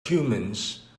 humans